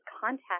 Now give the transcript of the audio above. contact